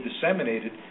disseminated